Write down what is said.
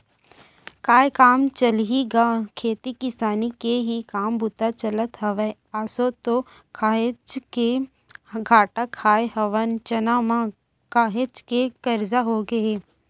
काय काम चलही गा खेती किसानी के ही काम बूता चलत हवय, आसो तो काहेच के घाटा खाय हवन चना म, काहेच के करजा होगे हे